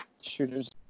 Shooter's